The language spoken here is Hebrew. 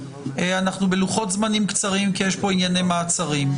אנחנו בלוחות זמנים קצרים כי יש כאן ענייני מעצרים,